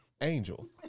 angel